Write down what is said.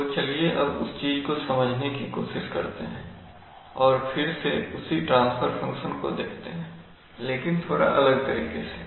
तो चलिए अब उस चीज को समझने की कोशिश करते हैं तो अब फिर से उसी ट्रांसफर फंक्शन को देखते हैं थोड़ा अलग तरीके से